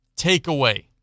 takeaway